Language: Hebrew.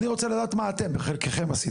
אני רוצה לדעת מה אתם עשיתם בחלק שלכם,